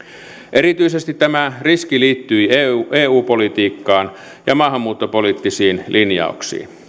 erityisesti tämä riski liittyi eu eu politiikkaan ja maahanmuuttopoliittisiin linjauksiin